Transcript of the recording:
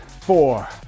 four